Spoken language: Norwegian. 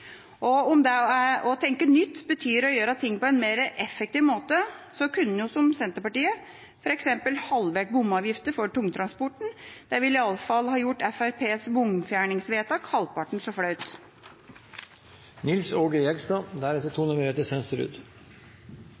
Om det å tenke nytt betyr å gjøre ting på en mer effektiv måte, kunne man som Senterpartiet f.eks. halvert bomavgifter for tungtransporten. Det ville i alle fall ha gjort Fremskrittspartiets bomfjerningsvedtak halvparten så